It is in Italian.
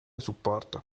supporto